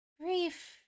brief